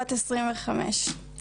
בת 25,